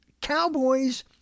Cowboys